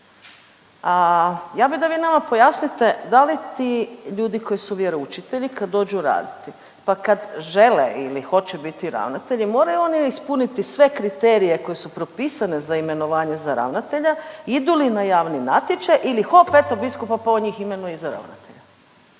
ja bi da vi nama pojasnite da li ti ljudi koji su vjeroučitelji kad dođu raditi, pa kad žele ili hoće biti ravnatelji, moraju li oni ispuniti sve kriterije koje su propisane za imenovanje za ravnatelja, idu li na javni natječaj ili hop eto biskupa, pa on njih imenuje za ravnatelja?